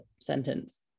sentence